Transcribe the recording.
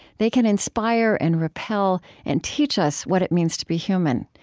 they can inspire and repel and teach us what it means to be human.